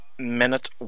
minute